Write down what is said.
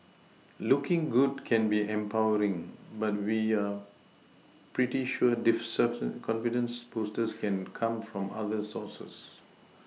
looking good can be empowering but we're pretty sure this surfer confidence boosters can come from other sources